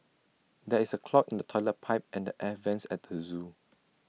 there is A clog in the Toilet Pipe and the air Vents at the Zoo